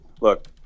look